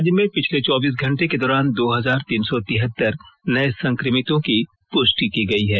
राज्य में पिछले चौबीस घंटे के दौरान दो हजार तीन सौ तिहत्तर नये संक्रमितों की पुष्टि की गई है